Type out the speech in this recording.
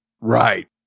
Right